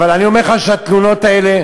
אבל אני אומר לך שהתלונות האלה,